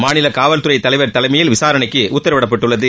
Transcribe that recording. மாநில காவல்துறை தலைவர் தலைமையில் விசாரணைக்கு உத்தரவிடப்பட்டுள்ளது